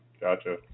Gotcha